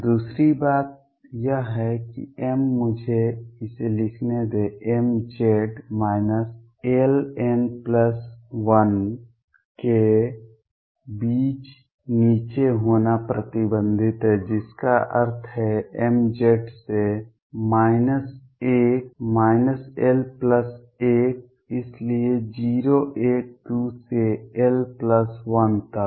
दूसरी बात यह है कि m मुझे इसे लिखने दें m Z minus l n plus l के बीच नीचे होना प्रतिबंधित है जिसका अर्थ है mZ से - l l1 इसलिए 0 1 2 से l1 तक